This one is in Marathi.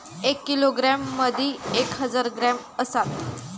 एक किलोग्रॅम मदि एक हजार ग्रॅम असात